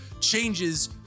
changes